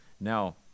Now